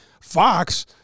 Fox